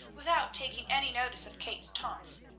without taking any notice of kate's taunts.